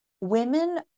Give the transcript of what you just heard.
women